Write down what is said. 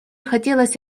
хотелось